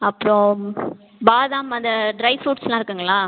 அப்புறோம் பாதாம் அந்த ட்ரை ஃப்ரூட்ஸ்லாம் இருக்குதுங்களா